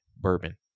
bourbon